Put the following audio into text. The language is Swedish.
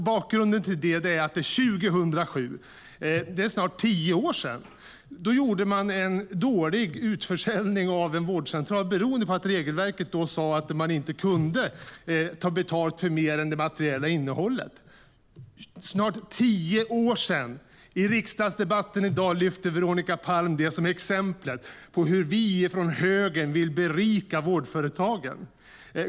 Bakgrunden till detta är att man 2007, för snart tio år sedan, gjorde en dålig utförsäljning av en vårdcentral, beroende på att regelverket då sa att man inte kunde ta betalt för mer än det materiella innehållet. Detta är snart tio år sedan, men i riksdagsdebatten i dag lyfter Veronica Palm fram det som ett exempel på hur vi från högern vill berika vårdföretagen.